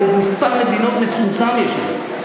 במספר מדינות מצומצם יש את זה.